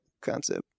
concept